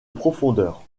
profondeur